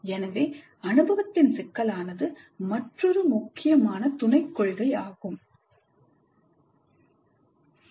எனவே அனுபவத்தின் சிக்கலானது மற்றொரு முக்கியமான துணைக் கொள்கையாகும்